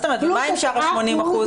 פלוס --- ומה עם שאר ה-80%?